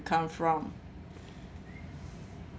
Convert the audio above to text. come from